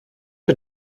mit